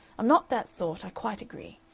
i'm not that sort i quite agree.